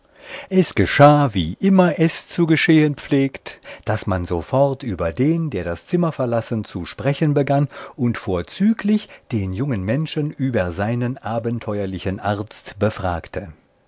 es geschah wie immer es zu geschehen pflegt daß man sofort über den der das zimmer verlassen zu sprechen begann und vorzüglich den jungen menschen über seinen abenteuerlichen arzt befragte